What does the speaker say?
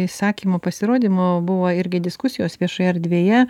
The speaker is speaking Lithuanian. įsakymo pasirodymo buvo irgi diskusijos viešoje erdvėje